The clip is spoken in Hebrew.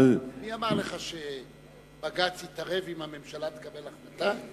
מי אמר לך שבג"ץ יתערב אם הממשלה תקבל החלטה?